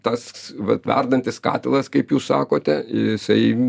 tas vat verdantis katilas kaip jūs sakote jisai